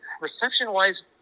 reception-wise